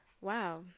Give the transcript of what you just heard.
wow